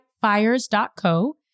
fires.co